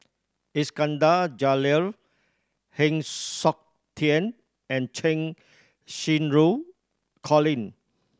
Iskandar Jalil Heng Siok Tian and Cheng Xinru Colin